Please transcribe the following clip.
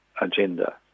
agenda